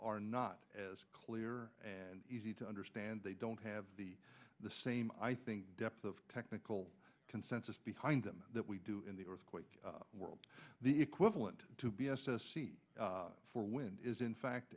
are not as clear and easy to understand they don't have the the same i think depth of technical consensus behind them that we do in the earthquake world the equivalent to b s s c four wind is in fact